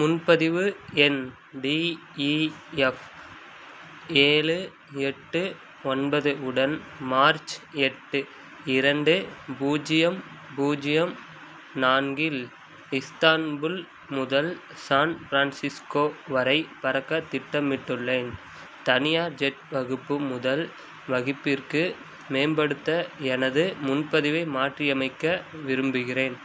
முன்பதிவு எண் D E F ஏழு எட்டு ஒன்பது உடன் மார்ச் எட்டு இரண்டு பூஜ்ஜியம் பூஜ்ஜியம் நான்கில் இஸ்தான்புல் முதல் சான் ப்ரான்சிஸ்கோ வரை பறக்க திட்டமிட்டுள்ளேன் தனியார் ஜெட் வகுப்பு முதல் வகுப்பிற்கு மேம்படுத்த எனது முன்பதிவை மாற்றியமைக்க விரும்புகிறேன்